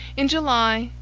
in july,